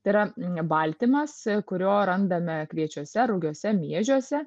tai yra baltymas kurio randame kviečiuose rugiuose miežiuose